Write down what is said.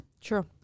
Sure